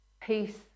peace